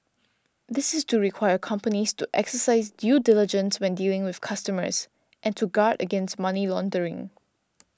this is to require companies to exercise due diligence when dealing with customers and to guard against money laundering